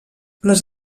les